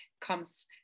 comes